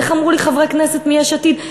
איך אמרו לי חברי כנסת מיש עתיד?